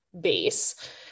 base